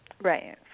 Right